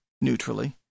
neutrally